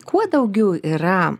ko daugiau yra